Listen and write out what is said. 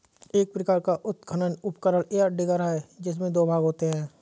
एक प्रकार का उत्खनन उपकरण, या डिगर है, जिसमें दो भाग होते है